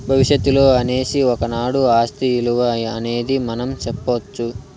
భవిష్యత్తులో అనేసి ఒకనాడు ఆస్తి ఇలువ అనేది మనం సెప్పొచ్చు